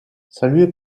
saluée